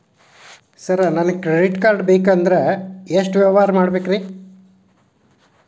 Sir ನನಗೆ credit card ಬೇಕಂದ್ರೆ ಎಷ್ಟು ವ್ಯವಹಾರ ಮಾಡಬೇಕ್ರಿ?